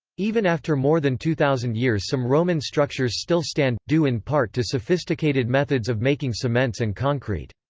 even after more than two thousand years some roman structures still stand, due in part to sophisticated methods of making cements and concrete.